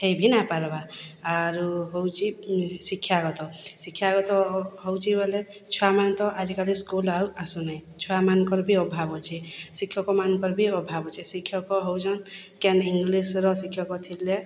ହୋଇ ବି ନାହିଁ ପାରିବା ଆରୁ ହେଉଛି ଶିକ୍ଷାଗତ ଶିକ୍ଷାଗତ ହେଉଛି ବୋଇଲେ ଛୁଆମାନେ ତ ଆଜିକାଲି ସ୍କୁଲ୍ ଆଉ ଆସୁନାହିଁ ଛୁଆମାନଙ୍କର ବି ଅଭାବ ଅଛି ଶିକ୍ଷକମାନଙ୍କର ବି ଅଭାବ ଅଛି ଶିକ୍ଷକ ହେଉଛନ୍ତି କେଉଁ ଇଂଲିଶର ଶିକ୍ଷକ ଥିଲେ